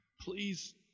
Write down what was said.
please